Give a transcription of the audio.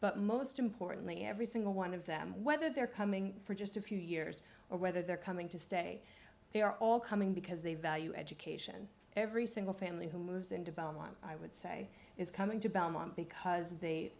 but most importantly every single one of them whether they're coming for just a few years or whether they're coming to stay they are all coming because they value education every single family who moves into one i would say is coming to belmont because they